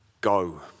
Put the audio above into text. go